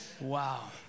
Wow